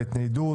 להתניידות,